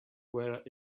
were